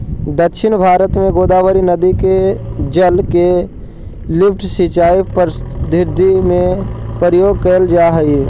दक्षिण भारत में गोदावरी नदी के जल के लिफ्ट सिंचाई पद्धति में प्रयोग करल जाऽ हई